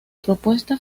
propuesta